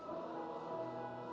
oh